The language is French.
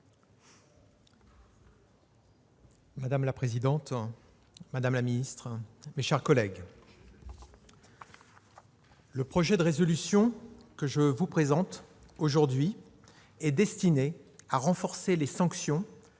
Madame la présidente, madame la secrétaire d'État, mes chers collègues, la proposition de résolution que je vous présente aujourd'hui est destiné à renforcer les sanctions